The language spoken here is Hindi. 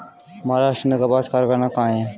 महाराष्ट्र में कपास कारख़ाना कहाँ है?